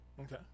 Okay